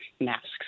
masks